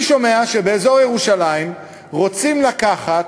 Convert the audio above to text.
אני שומע שבאזור ירושלים רוצים לקחת,